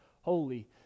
holy